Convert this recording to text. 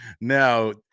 Now